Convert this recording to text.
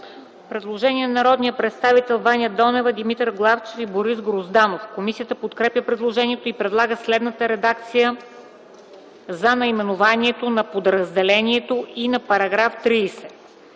Предложение на народните представители Ваня Донева, Димитър Главчев и Борис Грозданов. Комисията подкрепя предложението и предлага следната редакция за наименованието на подразделението и на § 30: